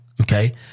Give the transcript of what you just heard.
okay